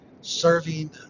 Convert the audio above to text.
serving